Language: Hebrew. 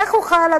איך תוכל,